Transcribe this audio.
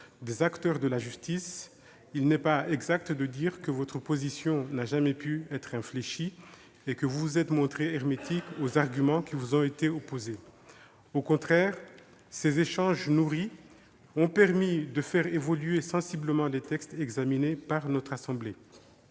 des acteurs de la justice, il est inexact de dire que votre position n'a jamais pu être infléchie et que vous vous êtes montrée hermétique aux arguments qui vous ont été opposés. Au contraire, ces échanges nourris ont permis de faire évoluer sensiblement les textes examinés par notre assemblée.